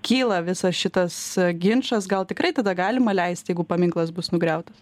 kyla visas šitas ginčas gal tikrai tada galima leist jeigu paminklas bus nugriautas